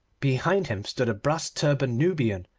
behind him stood a brass turbaned nubian,